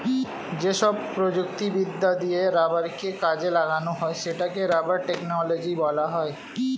যেসব প্রযুক্তিবিদ্যা দিয়ে রাবারকে কাজে লাগানো হয় সেটাকে রাবার টেকনোলজি বলা হয়